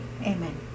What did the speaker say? Amen